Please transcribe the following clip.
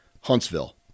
Huntsville